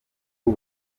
ubu